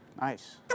Nice